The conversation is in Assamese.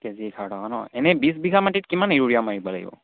কে জি এঘাৰ টকা ন এনেই বিছ বিঘা মাটিত কিমান ইউৰিয়া মাৰিব লাগিব